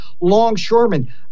longshoremen